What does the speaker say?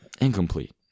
incomplete